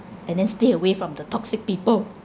and then stay away from the toxic people